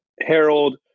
Harold